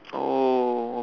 oh